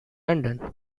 london